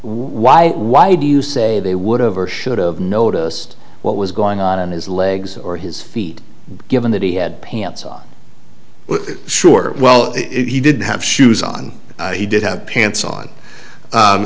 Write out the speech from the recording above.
why why do you say they would have or should have noticed what was going on in his legs or his feet given that he had pants on sure well he didn't have shoes on he did have pants on